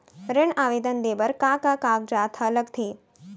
ऋण आवेदन दे बर का का कागजात ह लगथे?